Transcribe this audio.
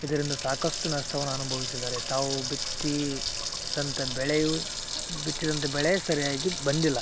ಇದರಿಂದ ಸಾಕಷ್ಟು ನಷ್ಟವನ್ನು ಅನುಭವಿಸಿದ್ದಾರೆ ತಾವು ಬಿತ್ತಿದಂತ ಬೆಳೆಯು ಬಿತ್ತಿದಂತೆ ಬೆಳೆ ಸರಿಯಾಗಿ ಬಂದಿಲ್ಲ